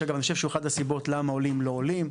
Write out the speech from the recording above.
ואני חושב שהוא אחת הסיבות למה עולים לא עולים.